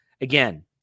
Again